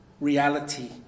reality